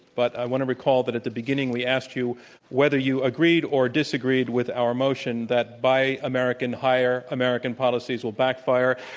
but i want to recall that at the beginning we asked you whether you agreed or disagreed with our motion that buy american hire american policies will backfire.